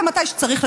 ומתי שצריך,